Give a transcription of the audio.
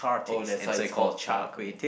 oh that's why it's called Char-Kway-Teow